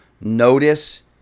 notice